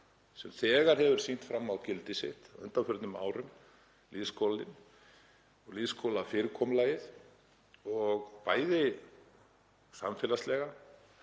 sem þegar hefur sýnt fram á gildi sitt á undanförnum árum, lýðskólann og lýðskólafyrirkomulagið, bæði samfélagslega